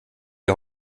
die